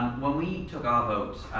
when we took our votes,